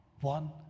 one